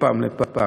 מפעם לפעם.